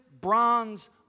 bronze